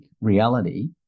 reality